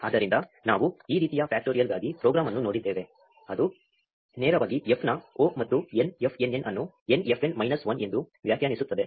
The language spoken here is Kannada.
ಆದ್ದರಿಂದ ನಾವು ಈ ರೀತಿಯ ಫ್ಯಾಕ್ಟರಿಯಲ್ಗಾಗಿ ಪ್ರೋಗ್ರಾಂ ಅನ್ನು ನೋಡಿದ್ದೇವೆ ಅದು ನೇರವಾಗಿ f ನ 0 ಮತ್ತು n f n n ಅನ್ನು n fn ಮೈನಸ್ 1 ಎಂದು ವ್ಯಾಖ್ಯಾನಿಸುತ್ತದೆ